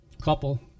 couple